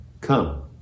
come